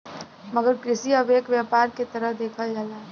मगर कृषि अब एक व्यापार के तरह देखल जाला